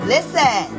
Listen